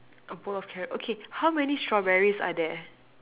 a bowl of carrot okay how many strawberries are there